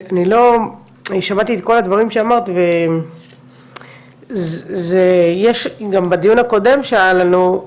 אני שמעתי את כל הדברים שאמרת ויש גם בדיון הקודם שהיה לנו,